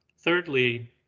thirdly